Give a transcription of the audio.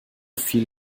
viel